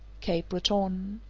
cape breton.